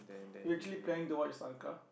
you're actually planning to watch soccer